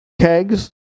kegs